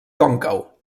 còncau